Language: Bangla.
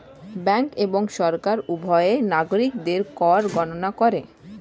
ব্যাঙ্ক এবং সরকার উভয়ই নাগরিকদের কর গণনা করে